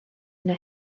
yna